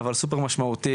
אבל סופר משמעותית,